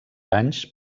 anys